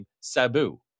Sabu